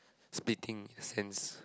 spitting sense